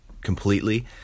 completely